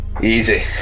Easy